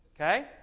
Okay